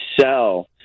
sell